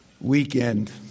weekend